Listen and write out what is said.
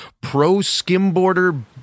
pro-skimboarder